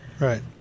right